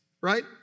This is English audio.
right